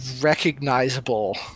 Recognizable